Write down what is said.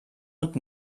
und